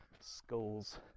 skulls